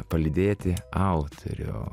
palydėti autorių